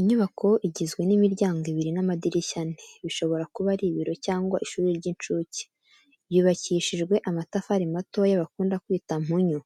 Inyubako igizwe n'imiryango ibiri n'amadirishya ane, bishobora kuba ari ibiro cyangwa ishuri ry'incuke. Yubakishijwe amatafari matoya bakunda kwita:"Mpunyu",